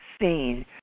seen